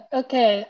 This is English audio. okay